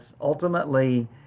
ultimately